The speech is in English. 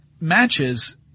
matches